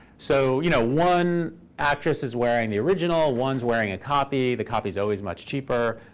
so you know one actress is wearing the original. one's wearing a copy. the copy's always much cheaper.